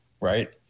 Right